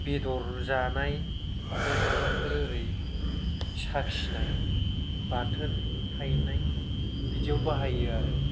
बेदर जानाय बा माबाफोर ओरै साखिनाय बाथोन हायनाय बिदियाव बाहायो आरो